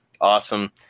Awesome